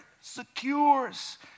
secures